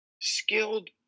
skilled